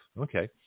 Okay